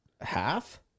Half